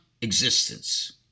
existence